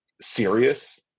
serious